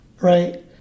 right